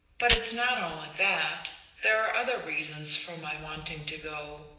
but it's not only that there are other reasons for my wanting to go.